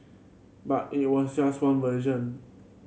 but it was just one version